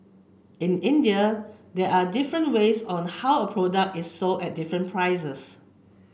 in India there are different ways on how a product is sold at different prices